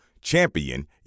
Champion